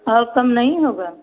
और कम नहीं होगा